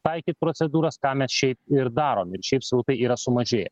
taikyti procedūras tą mes šiaip ir daroe ir šiaip srautai yra sumažėję